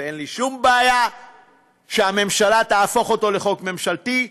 אין לי שום בעיה שהממשלה תהפוך אותו לחוק ממשלתי,